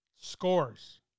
Scores